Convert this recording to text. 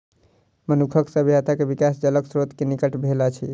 मनुखक सभ्यता के विकास जलक स्त्रोत के निकट भेल अछि